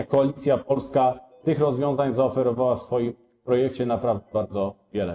Koalicja Polska tych rozwiązań zaoferowała w swoim projekcie naprawdę bardzo wiele.